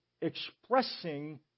expressing